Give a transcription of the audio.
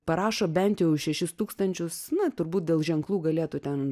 parašo bent jau šešis tūkstančius na turbūt dėl ženklų galėtų ten